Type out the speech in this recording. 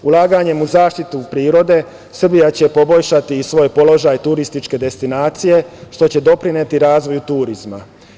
Ulaganjem u zaštitu prirode Srbija će poboljšati i svoj položaj turističke destinacije, što će doprineti razvoju turizma.